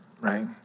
right